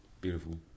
beautiful